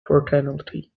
fraternity